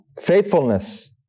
faithfulness